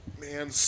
Man